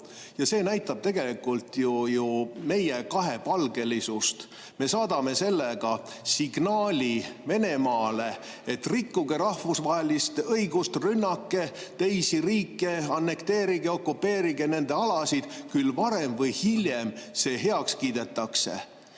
See näitab tegelikult ju meie kahepalgelisust. Me saadame sellega signaali Venemaale, et rikkuge rahvusvahelist õigust, rünnake teisi riike, annekteerige, okupeerige nende alasid, küll see varem või hiljem heaks kiidetakse.